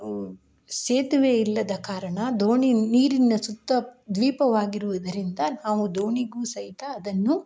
ಸೇತುವೆ ಇಲ್ಲದ ಕಾರಣ ದೋಣಿ ನೀರಿನ ಸುತ್ತ ದ್ವೀಪವಾಗಿರುವುದರಿಂದ ನಾವು ದೋಣಿಗೂ ಸಹಿತ ಅದನ್ನು